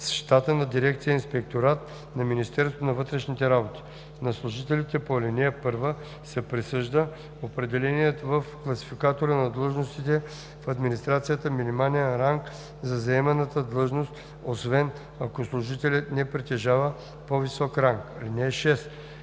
с щата на дирекция „Инспекторат“ на Министерството на вътрешните работи. (5) На служителите по ал. 1 се присъжда определеният в Класификатора на длъжностите в администрацията минимален ранг за заеманата длъжност, освен ако служителят не притежава по-висок ранг. (6)